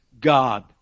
God